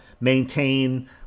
maintain